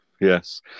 Yes